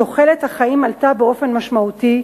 תוחלת החיים עלתה באופן משמעותי,